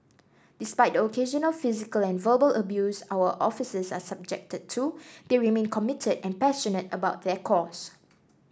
despite the occasional physical and verbal abuse our officers are subjected to they remain committed and passionate about their cause